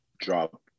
drop